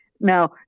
Now